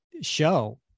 show